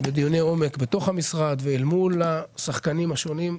בדיוני עומק בתוך המשרד ואל מול השחקנים השונים.